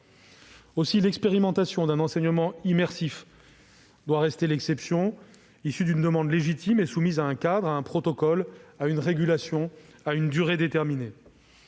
Aussi, l'expérimentation d'un enseignement immersif doit rester l'exception, une exception issue d'une demande légitime et soumise à un cadre, un protocole, une régulation et une durée déterminés.